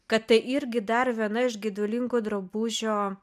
kad tai irgi dar viena iš gedulingo drabužio